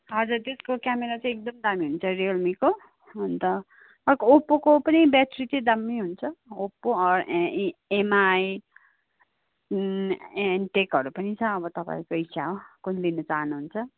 हजुर त्यसको क्यामेरा चाहिँ एकदम दामी हुन्छ रियलमीको अन्त अर्को ओप्पोको पनि ब्याट्री चाहिँ दामी हुन्छ ओप्पो एमआई एनटेकहरू पनि छ अब तपाईँको इच्छा हो कुन लिनु चाहनुहुन्छ